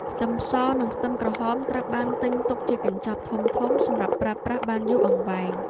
ខ្ទឹមស និងខ្ទឹមក្រហមត្រូវបានទិញទុកជាកញ្ចប់ធំៗសម្រាប់ប្រើប្រាស់បានយូរអង្វែង។